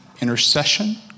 intercession